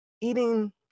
eating